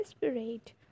desperate